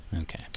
Okay